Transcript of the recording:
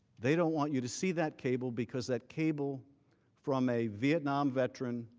they don't want you to see that cable because that cable from a vietnam veteran